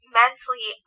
mentally